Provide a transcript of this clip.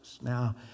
Now